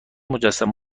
مجسمه